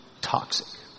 toxic